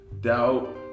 Doubt